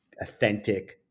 authentic